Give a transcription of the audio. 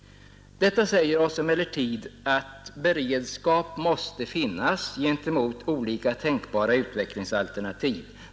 Detta säger oss emellertid att beredskap måste finnas gentemot olika tänkbara utvecklingsalternativ.